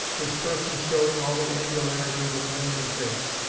his person showing all the angularities of limb and face.